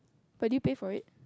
but did you pay for it